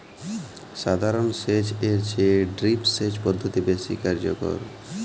সাধারণ সেচ এর চেয়ে ড্রিপ সেচ পদ্ধতি বেশি কার্যকর